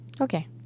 okay